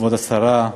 כבוד השרה,